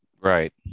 Right